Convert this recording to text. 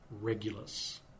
Regulus